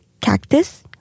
Cactus